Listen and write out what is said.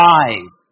eyes